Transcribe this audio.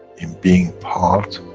in being part,